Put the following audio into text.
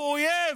הוא אויב,